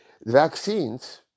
vaccines